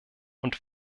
und